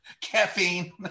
caffeine